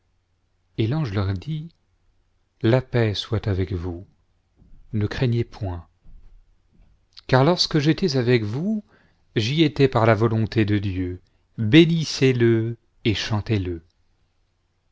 et l'ange leur dit la paix soit avec vous ne craignez point car lorsque j'étais avec vous j'y étais par la volonté de dieu bénissez-le et chantez-le